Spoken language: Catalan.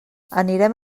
anirem